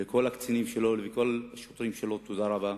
לכל הקצינים והשוטרים שלו, תודה רבה.